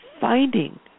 finding